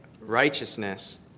righteousness